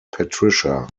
patricia